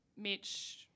Mitch